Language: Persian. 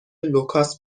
لوکاس